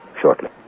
shortly